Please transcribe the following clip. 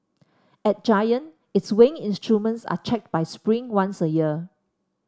at Giant its weighing instruments are checked by Spring once a year